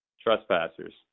trespassers